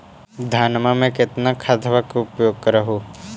धानमा मे कितना खदबा के उपयोग कर हू?